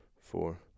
four